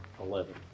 Eleven